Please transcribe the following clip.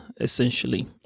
essentially